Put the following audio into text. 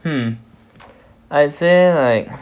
mm I'd say like